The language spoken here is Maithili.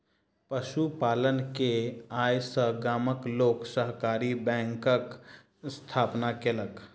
पशु पालन के आय सॅ गामक लोक सहकारी बैंकक स्थापना केलक